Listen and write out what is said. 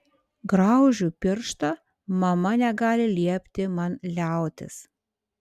graužiu pirštą mama negali liepti man liautis